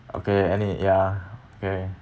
okay any ya okay